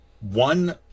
one